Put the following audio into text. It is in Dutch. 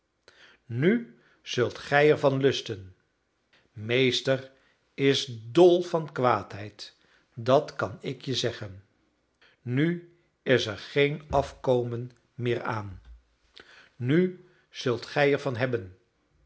nu zult gij er van lusten meester is dol van kwaadheid dat kan ik je zeggen nu is er geen afkomen meer aan nu zult gij er van hebben